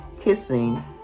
Kissing